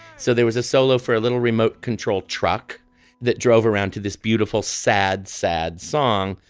so there was a solo for a little remote controlled truck that drove around to this beautiful sad sad song.